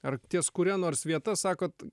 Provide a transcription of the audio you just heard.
ar ties kuria nors vieta sakot